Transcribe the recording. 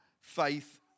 faith